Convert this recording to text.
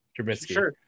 Trubisky